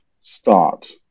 start